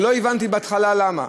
ולא הבנתי בהתחלה למה.